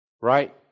Right